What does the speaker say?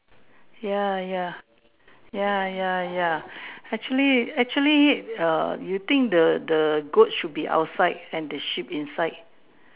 ya ya ya ya ya actually actually err you think the the goat should be outside and the sheep inside